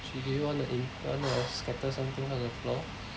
sh~ do you want to in front or scatter something on the floor